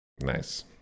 Nice